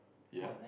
ya